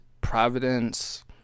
providence